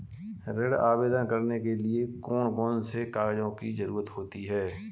ऋण आवेदन करने के लिए कौन कौन से कागजों की जरूरत होती है?